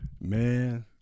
Man